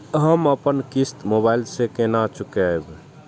हम अपन किस्त मोबाइल से केना चूकेब?